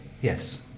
yes